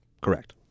Correct